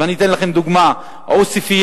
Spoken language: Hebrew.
ואני אתן לכם דוגמה: עוספיא,